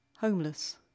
Homeless